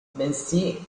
bensì